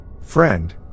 Friend